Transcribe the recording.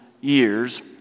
years